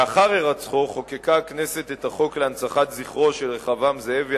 לאחר הירצחו חוקקה הכנסת את החוק להנצחת זכרו של רחבעם זאבי,